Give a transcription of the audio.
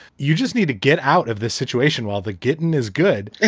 you just need to get out of this situation while the gittin is good.